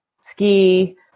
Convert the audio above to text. ski